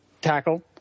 tackle